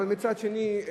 אבל מצד שני,